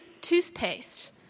toothpaste